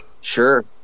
Sure